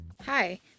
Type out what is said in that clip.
Hi